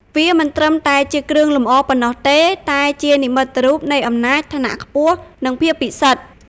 វាមិនត្រឹមតែជាគ្រឿងលម្អប៉ុណ្ណោះទេ តែជា និមិត្តរូបនៃអំណាច ឋានៈខ្ពស់ និងភាពពិសិដ្ឋ។